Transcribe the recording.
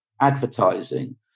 advertising